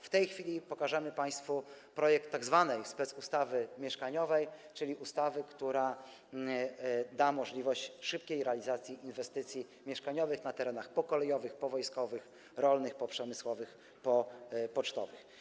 W tej chwili pokażemy państwu projekt tzw. specustawy mieszkaniowej, czyli ustawy, która da możliwość szybkiej realizacji inwestycji mieszkaniowych na terenach pokolejowych, powojskowych, rolnych, poprzemysłowych, popocztowych.